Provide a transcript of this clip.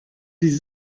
die